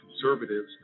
conservatives